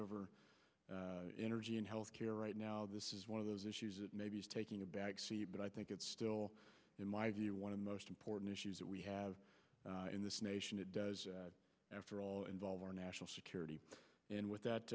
over energy and health care right now this is one of those issues that maybe is taking a backseat but i think it's still in my view one of the most important issues that we have in this nation it does after all involve our national security and with that